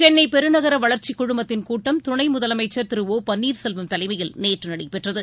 சென்னைபெருநகரவளர்ச்சிக்குழுமத்தின் கூட்டம் துணைமுதலமைச்சர் திரு ஓ பன்னீர்செல்வம் தலைமையில் நேற்றுநடைபெற்றது